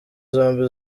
zombi